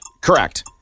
Correct